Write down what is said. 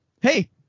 hey